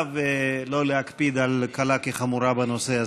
ולא להקפיד על קלה כחמורה בנושא הזה.